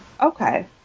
Okay